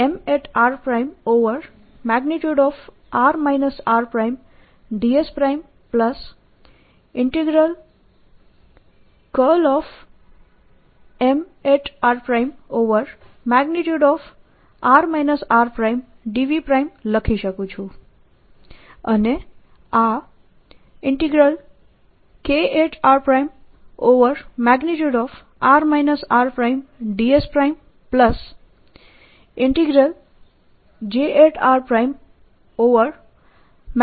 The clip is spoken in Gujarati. અને આ Kr|r r|dSJ r|r r|dV ની બરાબર છે જ્યાં K સરફેસ કરંટ છે અને Jr બલ્ક કરંટ છે